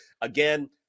Again